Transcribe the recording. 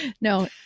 No